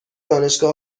دانشگاه